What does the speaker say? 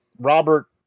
Robert